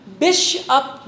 bishop